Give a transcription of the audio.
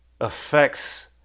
affects